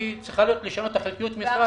היא צריכה לשנות את חלקיות המשרה ל-83 אחוזים.